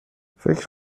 فکر